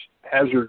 Hazard